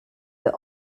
were